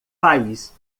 país